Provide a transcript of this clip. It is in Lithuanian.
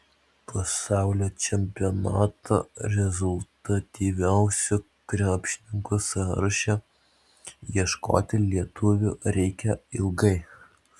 pasaulio čempionato rezultatyviausių krepšininkų sąraše ieškoti lietuvių reikia ilgai